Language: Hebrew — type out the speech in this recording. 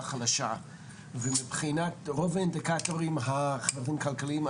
החלשה ומבחינת רוב האינדיקטורים החברתיים כלכליים,